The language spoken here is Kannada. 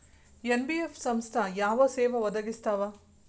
ಎನ್.ಬಿ.ಎಫ್ ಸಂಸ್ಥಾ ಯಾವ ಸೇವಾ ಒದಗಿಸ್ತಾವ?